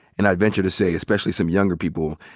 and i venture to say especially some younger people,